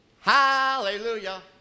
hallelujah